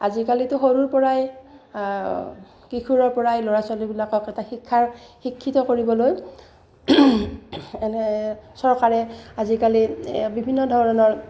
আজিকালিতো সৰুৰপৰাই কিশোৰৰপৰাই ল'ৰা ছোৱালীবিলাকক এটা শিক্ষাৰ শিক্ষিত কৰিবলৈ এনে চৰকাৰে আজিকালি বিভিন্ন ধৰণৰ